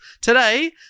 today